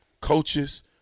coaches